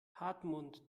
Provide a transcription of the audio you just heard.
hartmut